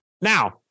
Now